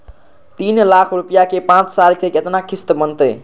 तीन लाख रुपया के पाँच साल के केतना किस्त बनतै?